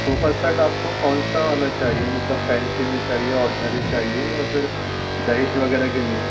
sofa set آپ کو کون سا والا چاہیے مطلب فینسی میں چاہیے آڈنری چاہیے یا پھر دہیج وغیرہ کے لیے